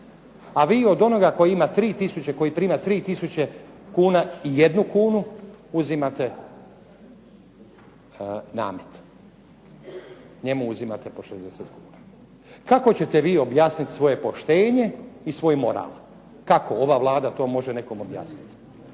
a vi od onoga koji ima 3 tisuće kuna, i jednu kunu, uzimate namet. Njemu uzimate po 60 kuna, kako ćete vi objasniti svoje poštenje i moral. Svi se trebate stidjeti,